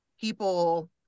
people